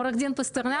עו"ד פסטרנק.